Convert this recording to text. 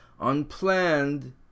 Unplanned